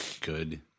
good